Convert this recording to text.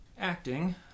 acting